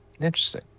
Interesting